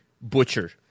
Butcher